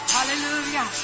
Hallelujah